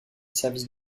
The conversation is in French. service